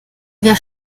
wer